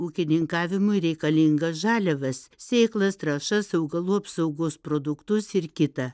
ūkininkavimui reikalingas žaliavas sėklas trąšas augalų apsaugos produktus ir kita